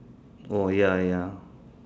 oh ya ya